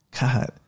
God